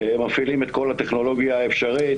מפעילים את כל הטכנולוגיה האפשרית